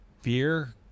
Fear